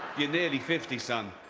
you're nearly fifty, son.